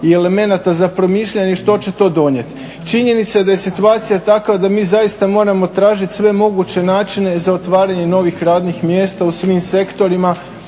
i elemenata za promišljanje i što će to donijeti. Činjenica je da je situacija takva da mi zaista moramo tražiti sve moguće načine za otvaranje novih radnih mjesta u svim sektorima